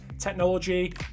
technology